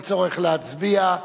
אין צורך להצביע.